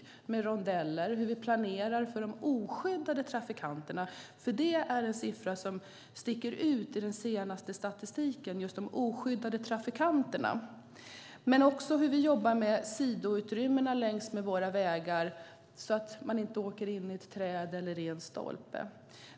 Det handlar om rondeller och om hur vi planerar för de oskyddade trafikanterna, för just detta är en siffra som sticker ut i den senaste statistiken. Vi jobbar också med sidoutrymmena längs med våra vägar så att man inte åker in i ett träd eller i en stolpe.